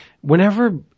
whenever